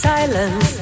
Silence